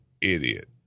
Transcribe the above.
idiot